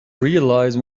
realize